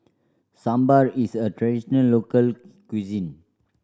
sambar is a traditional local cuisine